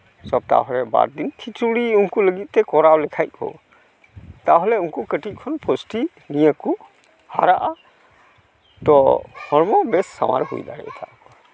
ᱥᱚᱯᱛᱟᱦᱚ ᱨᱮ ᱵᱟᱨ ᱫᱤᱱ ᱠᱷᱤᱪᱩᱲᱤ ᱩᱱᱠᱩ ᱞᱟᱹᱜᱤᱫ ᱛᱮ ᱠᱚᱨᱟᱣ ᱞᱮᱠᱷᱟᱡ ᱠᱚ ᱛᱟᱦᱚᱞᱮ ᱩᱱᱠᱩ ᱠᱟᱹᱴᱤᱡ ᱠᱷᱚᱱ ᱯᱩᱥᱴᱤ ᱱᱤᱭᱟᱹ ᱠᱚ ᱦᱟᱨᱟᱜᱼᱟ ᱛᱚ ᱦᱚᱲᱢᱚ ᱵᱮᱥ ᱥᱟᱶᱟᱨ ᱦᱩᱭ ᱫᱟᱲᱮᱭᱟᱛᱟ ᱠᱚᱣᱟ